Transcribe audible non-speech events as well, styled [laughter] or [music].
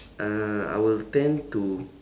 [noise] uh I will tend to